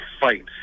fight